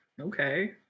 okay